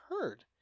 heard